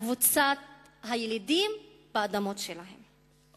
קבוצת הילידים על האדמות שלהם,